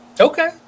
Okay